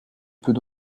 peut